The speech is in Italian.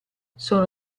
sono